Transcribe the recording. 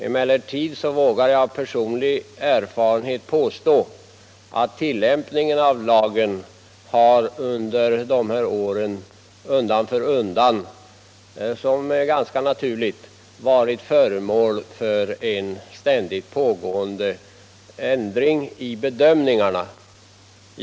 Jag vågar dock av personlig erfarenhet påstå att lagens tillämpning undan för undan under de gångna åren har förändrats. Detta är väl också ganska naturligt.